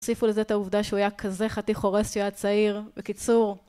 תוסיפו לזה את העובדה שהוא היה כזה חתיך הורס כשהוא היה צעיר. בקיצור...